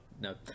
No